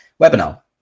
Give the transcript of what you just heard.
webinar